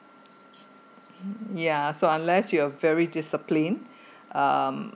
ya so unless you are very discipline um